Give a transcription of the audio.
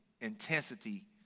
intensity